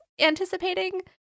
anticipating